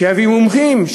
שיבואו מומחים,